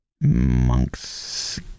monks